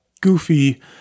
goofy